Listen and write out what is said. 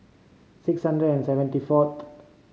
six hundred and seventy fourth